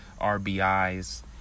rbis